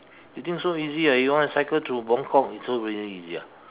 you think so easy ah you want to cycle to Bangkok you so very easy ah